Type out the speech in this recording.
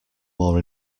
more